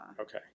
Okay